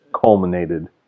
culminated